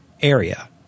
area